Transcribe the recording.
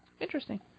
interesting